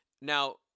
Now